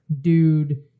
dude